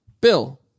Bill